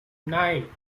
nine